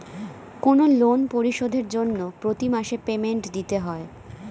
কোনো লোন পরিশোধের জন্য প্রতি মাসে পেমেন্ট দিতে হয়